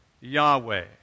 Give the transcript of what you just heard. Yahweh